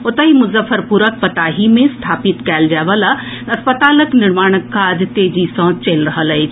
ओतहि मुजफ्फरपुरक पताही मे स्थापित कयल जाए वला अस्पतालक निर्माणक काज तेजी सँ चलि रहल अछि